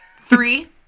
Three